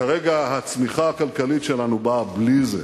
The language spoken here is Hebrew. כרגע הצמיחה הכלכלית שלנו באה בלי זה.